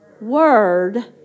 word